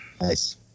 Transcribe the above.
Nice